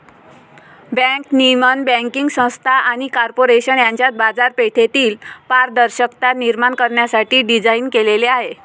bank नियमन banking संस्था आणि कॉर्पोरेशन यांच्यात बाजारपेठेतील पारदर्शकता निर्माण करण्यासाठी डिझाइन केलेले आहे